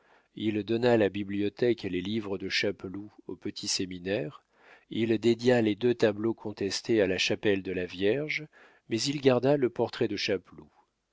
il donna la bibliothèque et les livres de chapeloud au petit séminaire il dédia les deux tableaux contestés à la chapelle de la vierge mais il garda le portrait de